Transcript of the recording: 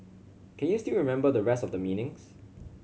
can you still remember the rest of the meanings